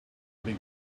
big